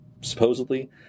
supposedly